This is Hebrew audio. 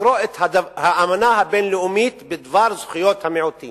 לקרוא את האמנה הבין-לאומית בדבר זכויות המיעוטים